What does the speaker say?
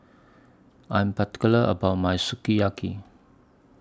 I Am particular about My Sukiyaki